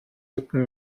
mücken